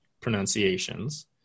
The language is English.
pronunciations